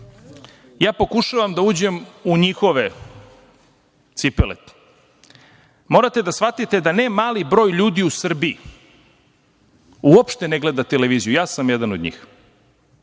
pokušavam da uđem u njihove cipele. Morate da shvatite da ne mali broj ljudi u Srbiji uopšte ne gleda televiziju. Ja sam jedan od njih.